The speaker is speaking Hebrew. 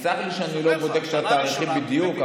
תסלח לי שאני לא בודק שהתאריכים בדיוק,